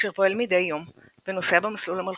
אשר פועל מדי יום ונוסע ב"מסלול המלכותי",